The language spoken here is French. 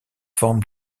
forme